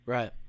Right